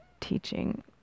teaching